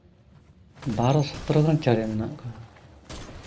ᱵᱟᱨᱚ ᱥᱚᱛᱨᱚ ᱜᱟᱱ ᱪᱮᱬᱮ ᱢᱮᱱᱟᱜ ᱠᱚᱣᱟ